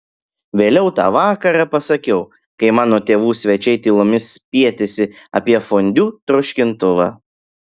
vėliau tą vakarą pasakiau kai mano tėvų svečiai tylomis spietėsi apie fondiu troškintuvą